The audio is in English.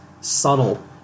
subtle